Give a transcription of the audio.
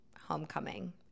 homecoming